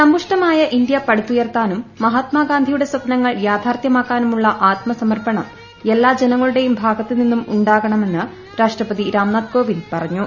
സമ്പുഷ്ടമായ ഇന്ത്യ പടുത്തുയൂർത്താനും മഹാത്മാ ഗാന്ധിയുടെ സ്വപ്നങ്ങൾ യാഥാർഥ്ച്ച്മാക്കാനും ഉള്ള ആത്മ സമർപ്പണം എല്ലാ ജനങ്ങളുടെയ്യുടെ ഭാഗത്തുനിന്നും ഉണ്ടാക ണമെന്ന് രാഷ്ട്രപതി രാംനാഥ് ക്കോവിന്ദ് പറഞ്ഞു